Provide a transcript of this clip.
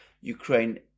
Ukraine